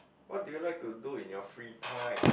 what do you like to do in your free time